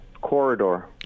corridor